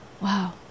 Wow